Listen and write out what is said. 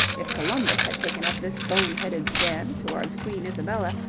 if columbus had taken up this bone-headed stand towards queen isabella,